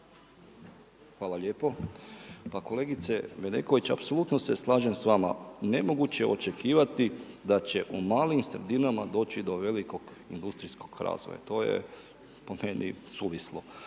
Hvala lijepo. Pa kolegice Bedeković, apsolutno se slažem s vama, nemoguće je očekivati da će u malim sredinama doći do velikog industrijskog razvoja, to je po meni suvislo